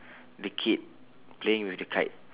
the kid playing with the kite